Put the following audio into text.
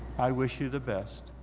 i wish you the best.